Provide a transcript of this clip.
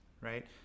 right